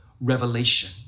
Revelation